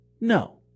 No